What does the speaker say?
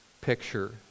picture